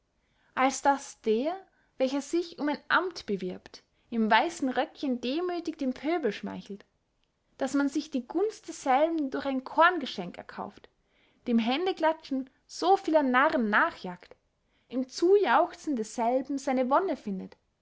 als daß der welcher sich um ein amt bewirbt im weissen röckchen demüthig dem pöbel schmeichelt daß man sich die gunst desselben durch ein korngeschenk erkauft dem händeklatschen so vieler narren nachjagt im zujauchzen desselben seine wonne findet